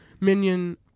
Minion